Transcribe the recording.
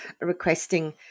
requesting